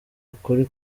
ukuri